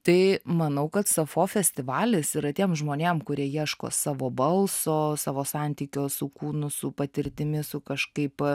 tai manau kad sapfo festivalis yra tiem žmonėm kurie ieško savo balso savo santykio su kūnu su patirtimi su kažkaip